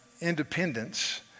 independence